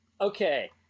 Okay